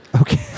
Okay